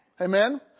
Amen